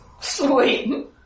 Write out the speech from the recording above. Sweet